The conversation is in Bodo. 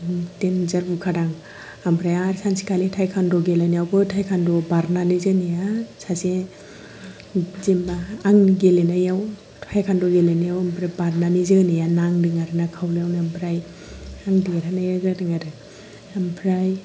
देनजार बुखादां ओमफ्राय आरो सानसेखालि थायकान्द' गेलेनायावबो थायकान्द' बारनानै जोनाया सासे जेन'बा आं गेलेनायाव थायकान्द' गेलेनायाव बारनानै आं बारनानै जोनाया नांदों आरो ना खावलायाव ओमफ्राय आं देरहानाय जादों आरो ओमफ्राय